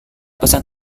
pesan